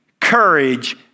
courage